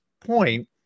point